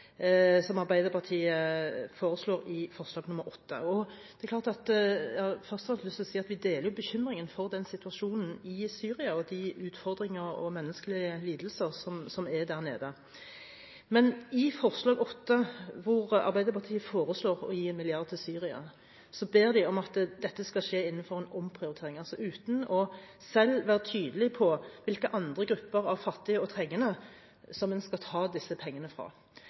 som Arbeiderpartiet foreslår i forslag nr. 8. Først har jeg lyst til å si at vi deler jo bekymringen for situasjonen i Syria og de utfordringer og menneskelige lidelser som er der nede. Men i forslag nr. 8, hvor Arbeiderpartiet foreslår å gi 1 mrd. kr til Syria, ber de om at dette skal skje innenfor en omprioritering, altså uten selv å være tydelig på hvilke andre grupper av fattige og trengende en skal ta disse pengene fra.